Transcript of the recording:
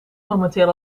momenteel